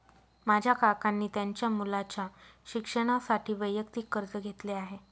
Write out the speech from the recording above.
माझ्या काकांनी त्यांच्या मुलाच्या शिक्षणासाठी वैयक्तिक कर्ज घेतले आहे